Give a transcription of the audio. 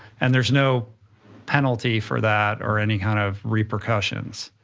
and there's no penalty for that, or any kind of repercussions.